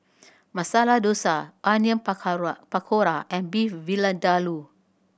Masala Dosa Onion Pakora and Beef Vindaloo